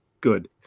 good